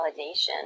validation